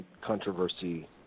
controversy